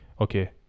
okay